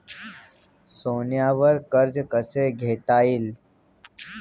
सोन्यावर कर्ज कसे घेता येईल?